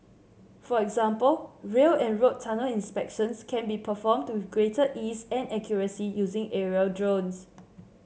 for example rail and road tunnel inspections can be performed with greater ease and accuracy using aerial drones